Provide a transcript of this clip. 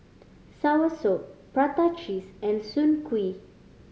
soursop prata cheese and Soon Kuih